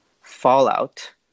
Fallout